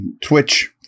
Twitch